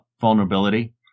vulnerability